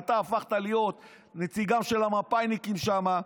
אתה הפכת להיות נציגם של המפא"יניקים שם,